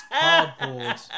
cardboard